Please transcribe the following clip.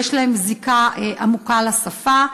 באמת יש להם זיקה עמוקה לשפה.